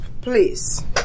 Please